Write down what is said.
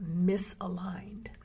misaligned